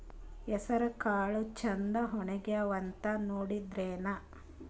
ಹೆಸರಕಾಳು ಛಂದ ಒಣಗ್ಯಾವಂತ ನೋಡಿದ್ರೆನ?